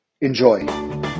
Enjoy